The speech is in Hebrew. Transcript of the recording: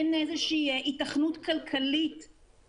כלומר, לתקן את זה בצורה שיהיה כתוב: